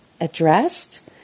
addressed